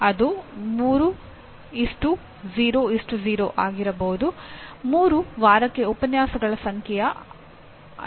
ಅವು ಕಲಿಕೆಯ ಪರಿಣಾಮಗಳು ಪಠ್ಯಕ್ರಮದ ವಿನ್ಯಾಸ ಸೂಚನೆ ಮತ್ತು ಮಾನ್ಯತೆ